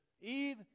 Eve